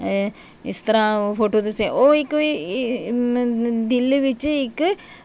इस तरहां ओह् फोटो तुसें ओह् इक्क दिल बिच इक्क